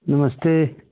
नमस्ते